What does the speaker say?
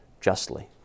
justly